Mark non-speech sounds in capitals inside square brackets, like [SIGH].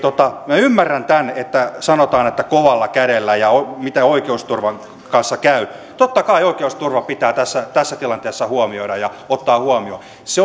minä ymmärrän tämän että sanotaan että kovalla kädellä ja miten oikeusturvan kanssa käy totta kai oikeusturva pitää tässä tässä tilanteessa huomioida ja ottaa huomioon se [UNINTELLIGIBLE]